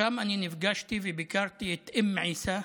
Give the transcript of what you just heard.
שם אני נפגשתי וביקרתי את אום עיסא.